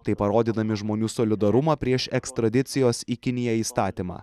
taip parodydami žmonių solidarumą prieš ekstradicijos į kiniją įstatymą